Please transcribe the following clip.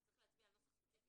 אז צריך להצביע על נוסח ספציפי.